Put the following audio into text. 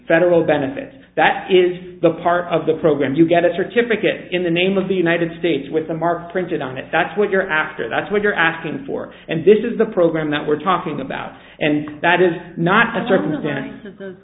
federal benefits that is the part of the program you get a certificate in the name of the united states with the mark printed on it that's what you're after that's what you're asking for and this is the program that we're talking about and that is not